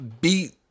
beat